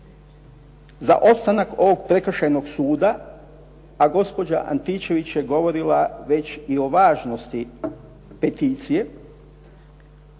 za opstanak ovog prekršajnog suda, a gospođa Antičević je govorila već i o važnosti peticije.